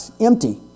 empty